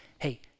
hey